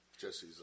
Jesse's